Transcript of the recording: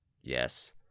Yes